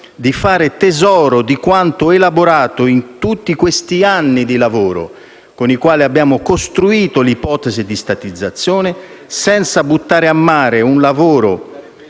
di fare tesoro di quanto elaborato in tutti questi anni di lavoro, nei quali abbiamo costruito l'ipotesi di statizzazione senza buttare a mare un lavoro